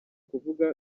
kuvuga